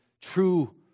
true